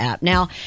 Now